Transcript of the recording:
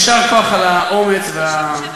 יישר כוח על האומץ והעמידה,